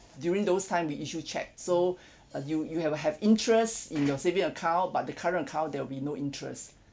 during those time we issue cheques so uh you you'll have interest in your saving account but the current account there'll be no interest